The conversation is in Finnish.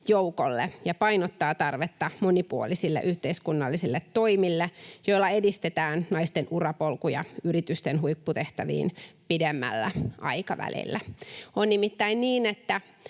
joukolle ja painottaa tarvetta monipuolisille yhteiskunnallisille toimille, joilla edistetään naisten urapolkuja yritysten huipputehtäviin pidemmällä aikavälillä. On nimittäin niin, että